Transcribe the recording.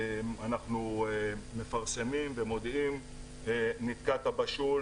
אנחנו מפרסמים ומודיעים 'נתקעת בשול,